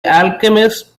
alchemist